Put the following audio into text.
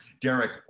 Derek